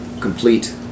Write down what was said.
complete